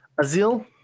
Azil